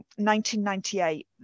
1998